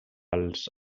als